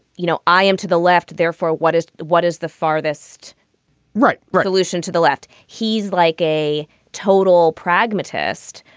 you know, i am to the left. therefore, what is what is the farthest right revolution to the left? he's like a total pragmatist,